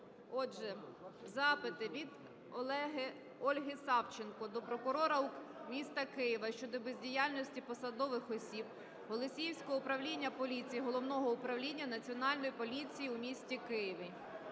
Отже, запити. Від Ольги Савченко до прокурора міста Києва щодо бездіяльності посадових осіб Голосіївського управління поліції Головного управління Національної поліції у місті Києві.